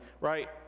right